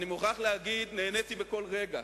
ואני מוכרח להגיד, נהניתי מכל רגע.